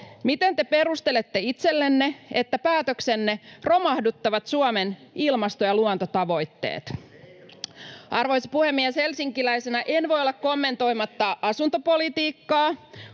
Miten te perustelette itsellenne, että päätöksenne romahduttavat Suomen ilmasto- ja luontotavoitteet? [Ben Zyskowicz: No eivät romahduta!] Arvoisa puhemies! Helsinkiläisenä en voi olla kommentoimatta asuntopolitiikkaa.